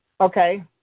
Okay